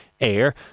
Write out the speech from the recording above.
Air